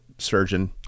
Surgeon